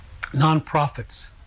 nonprofits